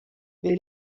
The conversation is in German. wir